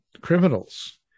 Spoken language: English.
criminals